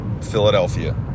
Philadelphia